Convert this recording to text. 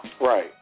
Right